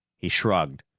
he shrugged.